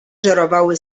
żerowały